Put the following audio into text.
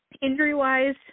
Injury-wise